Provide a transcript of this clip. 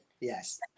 Yes